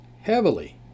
heavily